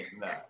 No